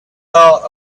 thought